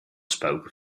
spoke